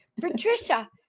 Patricia